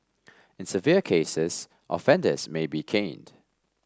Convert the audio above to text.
in severe cases offenders may be caned